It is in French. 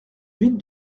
huit